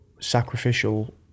sacrificial